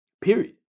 period